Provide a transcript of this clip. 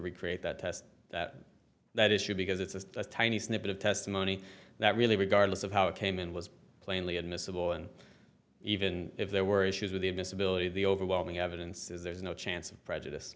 recreate that test that that issue because it's a tiny snippet of testimony that really regardless of how it came in was plainly admissible and even if there were issues with the admissibility of the overwhelming evidence is there's no chance of prejudice